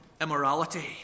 immorality